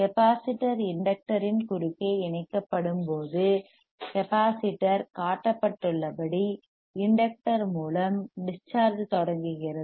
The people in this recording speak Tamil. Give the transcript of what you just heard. கெப்பாசிட்டர் இண்டக்டர் இன் குறுக்கே இணைக்கப்படும்போது கெப்பாசிட்டர் காட்டப்பட்டுள்ளபடி இண்டக்டர் மூலம் டிஸ் சார்ஜ் தொடங்குகிறது